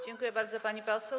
Dziękuję bardzo, pani poseł.